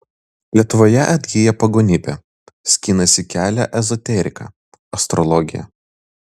lietuvoje atgyja pagonybė skinasi kelią ezoterika astrologija